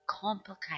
complicate